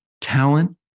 talent